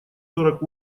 сорок